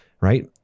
Right